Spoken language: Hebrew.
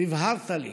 והבהרת לי